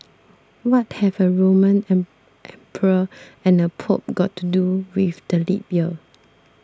what have a Roman emperor and a Pope got to do with the leap year